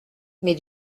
mais